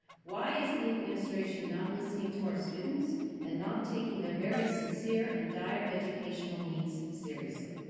why is the administration not listening to our students and not taking their very sincere and dire educational needs seriously.